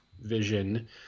Vision